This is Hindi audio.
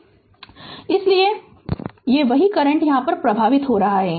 Refer Slide Time 3219 इसमें से वही करंट प्रवाहित हो रहा है